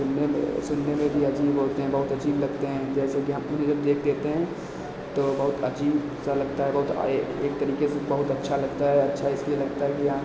सुनने में सुनने में भी अजीब होते हैं बहुत अजीब लगते हैं जैसे कि हम उन्हें जब देख देखते हैं तो बहुत अजीब सा लगता है बहुत आ एक तरीके से बहुत अच्छा लगता है अच्छा इसलिए लगता है कि हाँ